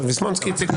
ויסמונסקי הציג.